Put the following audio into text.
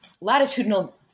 latitudinal